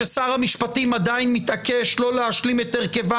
כששר המשפטים עדיין מתעקש לא להשלים את הרכבה